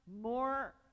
more